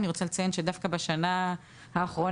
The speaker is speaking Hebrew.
אני רוצה לציין שדווקא בשנה האחרונה